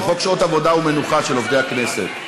זה חוק שעות עבודה ומנוחה של עובדי הכנסת.